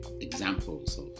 examples